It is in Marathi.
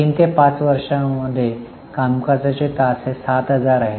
3 ते 5 वर्षामध्ये कामकाजाचे तास हे 7000 आहेत